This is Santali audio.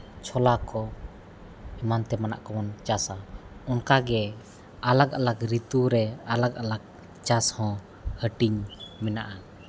ᱪᱷᱚᱞᱟ ᱠᱚ ᱮᱢᱟᱱ ᱛᱮᱢᱟᱱᱟᱜ ᱠᱚᱵᱚᱱ ᱪᱟᱥᱟ ᱚᱱᱠᱟ ᱜᱮ ᱟᱞᱟᱜᱽ ᱟᱞᱟᱜᱽ ᱨᱤᱛᱩ ᱨᱮ ᱟᱞᱟᱜᱽ ᱟᱞᱟᱜᱽ ᱪᱟᱥ ᱦᱚᱸ ᱦᱟᱹᱴᱤᱧ ᱢᱮᱱᱟᱜᱼᱟ